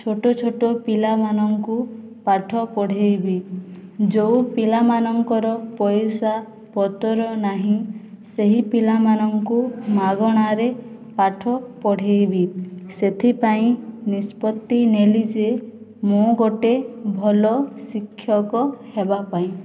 ଛୋଟ ଛୋଟ ପିଲାମାନଙ୍କୁ ପାଠ ପଢ଼େଇବି ଯେଉଁ ପିଲାମାନଙ୍କର ପଇସା ପତର ନାହିଁ ସେହି ପିଲାମାନଙ୍କୁ ମାଗଣାରେ ପାଠ ପଢ଼େଇବି ସେଥିପାଇଁ ନିଷ୍ପତି ନେଲି ଯେ ମୁଁ ଗୋଟିଏ ଭଲ ଶିକ୍ଷକ ହେବା ପାଇଁ